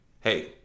hey